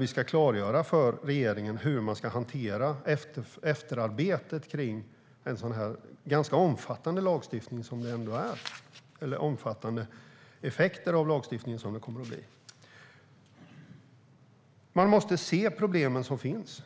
Vi ska klargöra för regeringen hur man ska hantera efterarbetet med en lagstiftning som får så omfattande effekter som denna kommer att få. Man måste se problemen som finns,